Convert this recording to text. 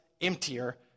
emptier